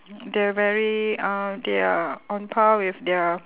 they are very uh they are on par with their